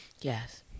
Yes